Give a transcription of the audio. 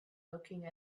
looking